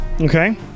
Okay